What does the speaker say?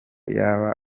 yaba